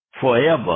forever